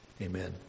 Amen